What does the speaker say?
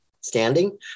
standing